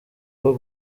rwo